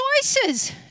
choices